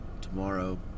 tomorrow